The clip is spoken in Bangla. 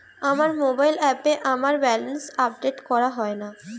আমার মোবাইল অ্যাপে আমার ব্যালেন্স আপডেট করা হয় না